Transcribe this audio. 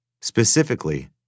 Specifically